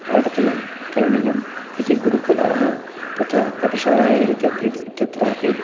पाठतया करणीयम् इति गुरुकुले तथा पाठशालायां इत्यत्रापि